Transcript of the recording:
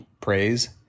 praise